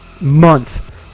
month